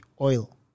oil